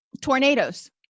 tornadoes